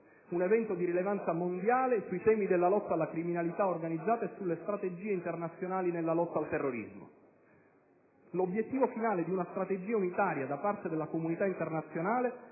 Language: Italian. G8, evento di rilevanza mondiale sui temi della lotta alla criminalità organizzata e sulle strategie internazionali nella lotta al terrorismo. L'obiettivo finale di una strategia unitaria da parte della comunità internazionale